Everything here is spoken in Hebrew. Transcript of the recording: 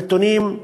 הנתונים,